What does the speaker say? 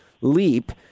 leap